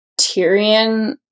Tyrion